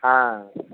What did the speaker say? हाँ